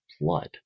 blood